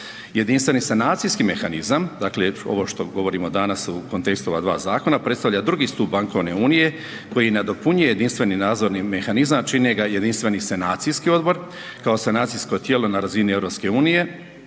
Jedinstveni sanacijski mehanizam, dakle ovo što govorimo danas u kontekstu ova dva zakona, predstavlja drugi stup bankovne unije koji nadopunjuje Jedinstveni nadzorni mehanizam, čine ga Jedinstveni sanacijski odbor, kao sanacijsko tijelo na razini EU.